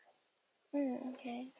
mm okay